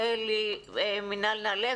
אני עובדת סוציאלית בעמותת מקום.